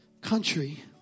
country